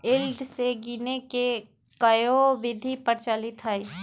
yield के गीनेए के कयहो विधि प्रचलित हइ